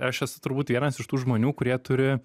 aš esu turbūt vienas iš tų žmonių kurie turi